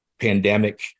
Pandemic